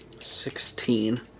sixteen